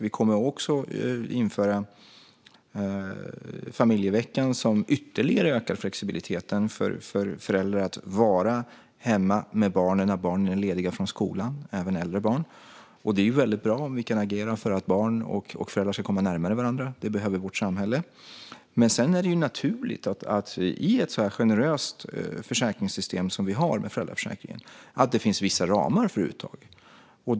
Vi kommer också att införa familjeveckan, som ytterligare ökar möjligheten för föräldrar att vara hemma med barnen när barnen, även äldre barn, är lediga från skolan. Det är ju väldigt bra om vi kan agera för att barn och föräldrar ska komma närmare varandra. Det behöver vårt samhälle. Sedan är det naturligt att det i ett så generöst försäkringssystem som vi har med föräldraförsäkringen finns vissa ramar för uttaget.